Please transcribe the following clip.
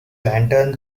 lantern